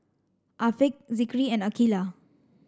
Afiq Zikri and Aqilah